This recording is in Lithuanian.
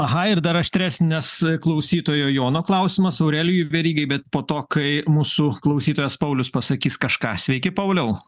aha ir dar aštresnis klausytojo jono klausimas aurelijui verygai bet po to kai mūsų klausytojas paulius pasakys kažką sveiki pauliau